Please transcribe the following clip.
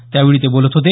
त्यावेळी ते बोलत होते